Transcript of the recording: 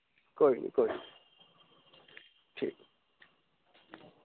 कोई नी कोई नई ठीक